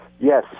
Yes